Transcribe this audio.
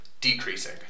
decreasing